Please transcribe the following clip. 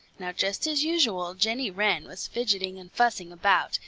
now just as usual jenny wren was fidgeting and fussing about,